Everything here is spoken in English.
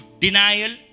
Denial